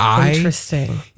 Interesting